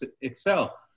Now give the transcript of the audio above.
excel